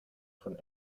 von